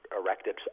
Erected